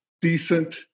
decent